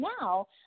now